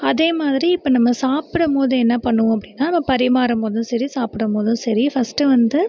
அதே மாதிரி இப்போ நம்ம சாப்பிடம் போது என்ன பண்ணுவோம் அப்படின்னா நம்ம பரிமாறும் போது சரி சாப்பிடம் போதும் சரி ஃபர்ஸ்ட்டு வந்து